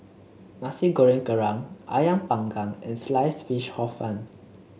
Nasi Goreng Kerang ayam Panggang and Sliced Fish Hor Fun